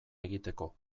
egiteko